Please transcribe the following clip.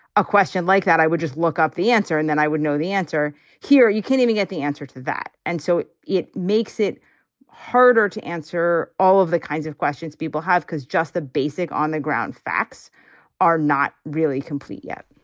a question like that, i would just look up the answer and then i would know the answer here. you can even get the answer to that. and so it makes it harder to answer all of the kinds of questions people have, because just the basic on the ground facts are not really complete yet